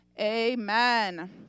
Amen